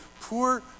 poor